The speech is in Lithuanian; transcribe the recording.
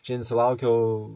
šiandien sulaukiau